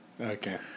Okay